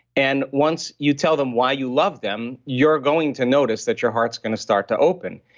and once you tell them why you love them, you're going to notice that your heart's going to start to open,